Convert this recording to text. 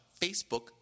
Facebook